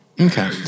Okay